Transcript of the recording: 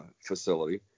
facility